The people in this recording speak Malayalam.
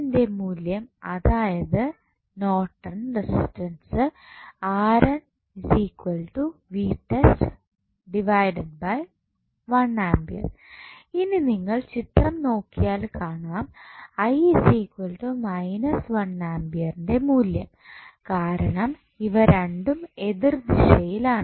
ന്റെ മൂല്യം അതായത് നോർട്ടൺ റെസിസ്റ്റൻസ് ഇനി നിങ്ങൾ ചിത്രം നോക്കിയാൽ കാണാം ന്റെ മൂല്യം കാരണം ഇവ രണ്ടും എതിർ ദിശയിലാണ്